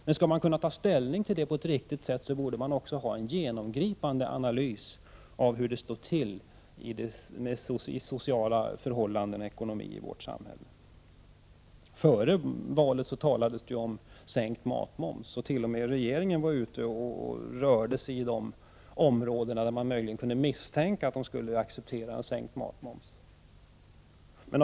För att kunna ta ställning till det på ett riktigt sätt borde man ha en genomgripande analys av hur det står till med sociala förhållanden och ekonomi i vårt samhälle. Före valet talades det om sänkt matmoms — t.o.m. regeringen rörde sig i sådana områden där man möjligen kunde misstänka att den skulle acceptera en sänkt matmoms.